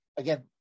again